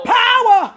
power